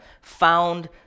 found